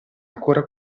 ancora